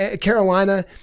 Carolina